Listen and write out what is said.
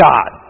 God